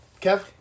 Kev